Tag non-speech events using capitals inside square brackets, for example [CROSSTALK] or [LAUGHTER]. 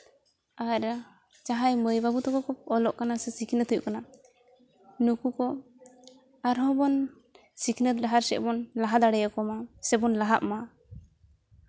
[UNINTELLIGIBLE] ᱡᱟᱦᱟᱸᱭ ᱢᱟᱹᱭ ᱵᱟᱹᱵᱩ ᱛᱟᱠᱚ ᱠᱚ ᱚᱞᱚᱜ ᱠᱟᱱᱟ ᱥᱮ ᱥᱤᱠᱷᱱᱟᱹᱛᱚᱜ ᱠᱟᱱᱟ ᱱᱩᱠᱩ ᱠᱚ ᱟᱨᱦᱚᱸ ᱵᱚᱱ ᱥᱤᱠᱷᱱᱟᱹᱛ ᱰᱟᱦᱟᱨ ᱥᱮᱫ ᱵᱚᱱ ᱞᱟᱦᱟ ᱫᱟᱲᱮ ᱠᱚ ᱢᱟ ᱥᱮᱵᱚᱱ ᱞᱟᱦᱟᱜ ᱢᱟ